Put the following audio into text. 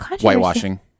whitewashing